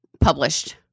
published